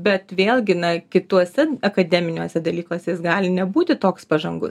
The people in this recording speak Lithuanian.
bet vėlgi na kituose akademiniuose dalykuose jis gali nebūti toks pažangus